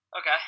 Okay